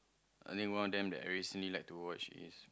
a new one of them that I recently like to watch is